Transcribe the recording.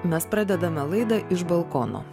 mes pradedame laidą iš balkono